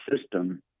system